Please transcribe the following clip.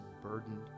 burdened